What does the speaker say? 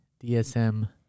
DSM